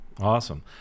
Awesome